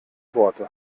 worte